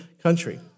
country